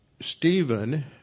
Stephen